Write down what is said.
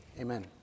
Amen